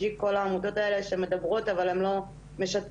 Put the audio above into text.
כל העמותות האלה שמדברות אבל הן לא משתפות